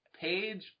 page